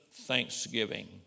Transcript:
thanksgiving